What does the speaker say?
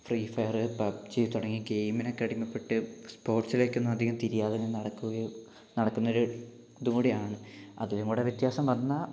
free Fire PUBG തുടങ്ങിയ ഗെയിമിനൊക്കെ അടിമപ്പെട്ട് സ്പോർട്സിലേക്കൊന്നും അധികം തിരിയാതെ ഇങ്ങനെ നടക്കുകയും നടക്കുന്ന ഒരിതും കൂടിയാണ് അതിനും കൂടി വ്യത്യാസം വന്നാൽ